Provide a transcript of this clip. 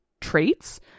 traits